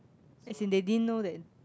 as in they didn't know that